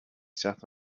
sat